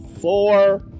four